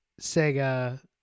Sega